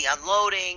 unloading